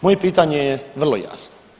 Moje pitanje je vrlo jasno.